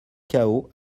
chaos